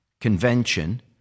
convention